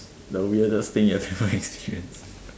the weirdest thing you have ever experienced